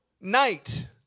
night